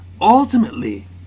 ultimately